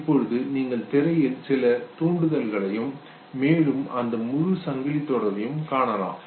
இப்பொழுது நீங்கள் திரையில் சில தூண்டுதல்களையும் மேலும் அந்த முழு சங்கிலி தொடரையும் காணலாம்